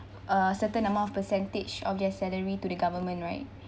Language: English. uh certain amount of percentage of their salary to the government right